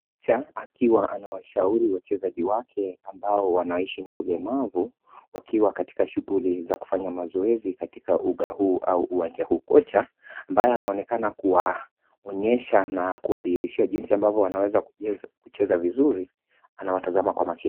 Kocha akiwa anawashauri wachezaji wake ambao wanaishi na ulemavu wakiwa katika shughuli za kufanya mazoezi katika uga huu au uwanja huu. Kocha ambaye anaonekana kuwaonyesha na kuwadhihirishia jinsi ambavyo wanaweza kucheza vizuri anawatazama kwa makini.